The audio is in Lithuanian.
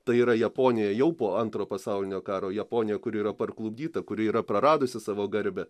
tai yra japonija jau po antro pasaulinio karo japonija kuri yra parklupdyta kuri yra praradusi savo garbę